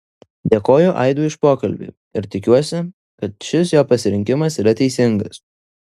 dėkoju aidui už pokalbį ir tikiuosi kad šis jo pasirinkimas yra teisingas